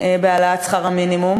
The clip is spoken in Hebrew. בהעלאת שכר המינימום,